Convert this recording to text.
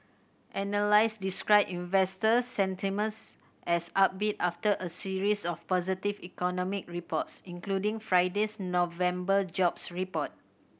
analysts described investor sentiments as upbeat after a series of positive economic reports including Friday's November jobs report